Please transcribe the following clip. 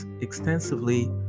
extensively